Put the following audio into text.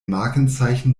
markenzeichen